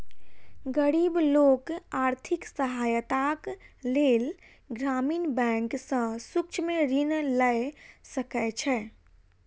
गरीब लोक आर्थिक सहायताक लेल ग्रामीण बैंक सॅ सूक्ष्म ऋण लय सकै छै